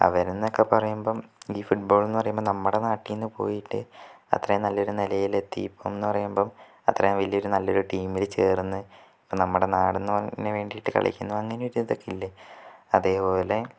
അവരുന്നൊക്കെ പറയുമ്പം ഈ ഫുട്ബാൾ എന്നു പറയുമ്പം നമ്മുടെ നാട്ടിന്നു പോയിട്ട് അത്രെയും നല്ലൊരു നിലയിലെത്തി എന്ന് പറയുമ്പം അത്രെയും വലിയൊരു നല്ലൊരു ടീമില് ചേർന്ന് നമ്മുടെ നാടിനു വേണ്ടിട്ട് കളിക്കുന്നു അങ്ങനെ ഒരു ഇതൊക്കെയില്ലേ അതേപോലെ